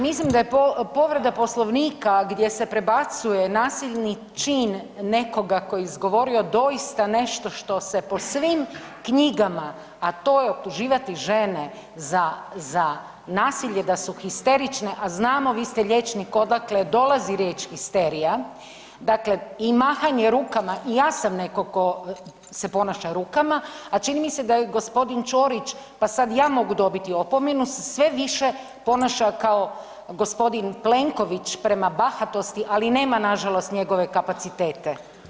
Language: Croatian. Mislim da je povreda Poslovnika gdje se prebacuje nasilni čin nekoga ko je izgovorio doista nešto što se po svim knjigama, a to je optuživati žene za, za nasilje da su histerične, a znamo vi ste liječnik, odakle dolazi riječ „histerija“, dakle i mahanje rukama i ja sam neko ko se ponaša rukama, a čini mi se da je i g. Ćorić, pa sad ja mogu dobiti opomenu, se sve više ponaša kao gospodin Plenković prema bahatosti, ali nema nažalost njegove kapacitete.